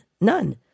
none